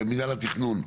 מינהל התכנון.